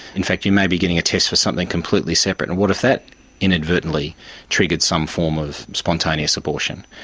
in fact you may be getting a test for something completely separate, and what if that inadvertently triggered some form of spontaneous abortion?